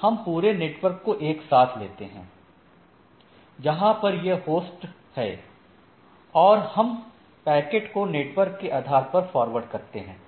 हम पूरे नेटवर्क को एक साथ लेते हैं जहां पर यह होस्ट हैं और हम पैकेट को नेटवर्क के आधार पर फॉरवर्ड करते हैं